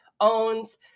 owns